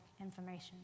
information